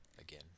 again